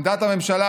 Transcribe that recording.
עמדת הממשלה,